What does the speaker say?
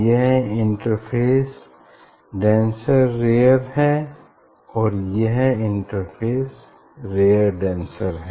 यह interface denser rare है और यह इंटरफ़ेस रेअर डेंसर है